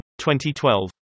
2012